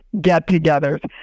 get-togethers